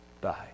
die